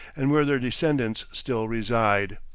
and where their descendants still reside.